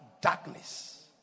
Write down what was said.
darkness